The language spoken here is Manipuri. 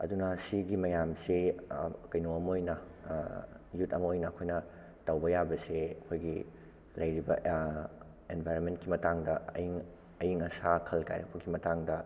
ꯑꯗꯨꯅ ꯁꯤꯒꯤ ꯃꯌꯥꯝꯁꯦ ꯀꯩꯅꯣ ꯑꯃ ꯑꯣꯏꯅ ꯌꯨꯠ ꯑꯃ ꯑꯣꯏꯅ ꯑꯩꯈꯣꯏꯅ ꯇꯧꯕ ꯌꯥꯕꯁꯤ ꯑꯩꯈꯣꯏꯒꯤ ꯂꯩꯔꯤꯕ ꯑꯦꯟꯚꯥꯏꯔꯟꯃꯦꯟꯀꯤ ꯃꯇꯥꯡꯗ ꯑꯌꯤꯡ ꯑꯌꯤꯡ ꯑꯁꯤ ꯈꯜ ꯀꯥꯏꯔꯛꯄꯒꯤ ꯃꯇꯥꯡꯗ